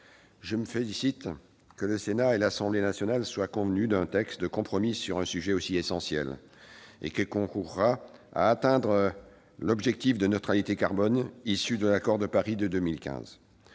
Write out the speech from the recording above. Je me félicite que le Sénat et l'Assemblée nationale soient convenus d'un texte de compromis sur un sujet aussi essentiel, un texte qui concourra à atteindre l'objectif de neutralité carbone issu de l'accord de Paris de 2015.